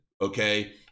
Okay